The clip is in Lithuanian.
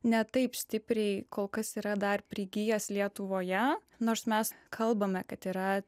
ne taip stipriai kol kas yra dar prigijęs lietuvoje nors mes kalbame kad yra